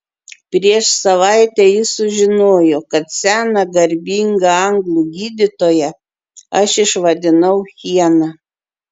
prieš savaitę jis sužinojo kad seną garbingą anglų gydytoją aš išvadinau hiena